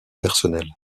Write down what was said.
personnelle